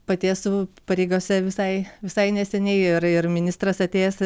pati esu pareigose visai visai neseniai ir ir ministras atėjęs